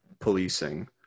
policing